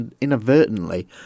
inadvertently